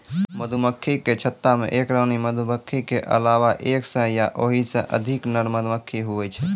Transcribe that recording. मधुमक्खी के छत्ता मे एक रानी मधुमक्खी के अलावा एक सै या ओहिसे अधिक नर मधुमक्खी हुवै छै